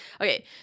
Okay